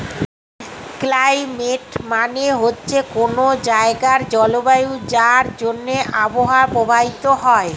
climate মানে হচ্ছে কোনো জায়গার জলবায়ু যার জন্যে আবহাওয়া প্রভাবিত হয়